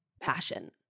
passion